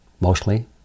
mostly